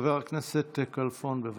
חבר הכנסת כלפון, בבקשה.